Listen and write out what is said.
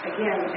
Again